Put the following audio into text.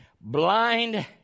blind